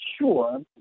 sure